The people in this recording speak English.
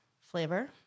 flavor